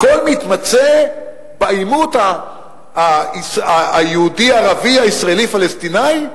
הכול מתמצה בעימות היהודי ערבי, הישראלי פלסטיני?